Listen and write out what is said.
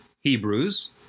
Hebrews